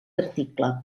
article